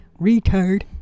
Retard